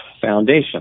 Foundation